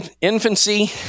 infancy